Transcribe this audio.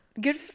Good